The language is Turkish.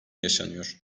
yaşanıyor